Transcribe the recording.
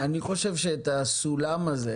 אני חושב שאת הסולם הזה,